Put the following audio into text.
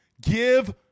give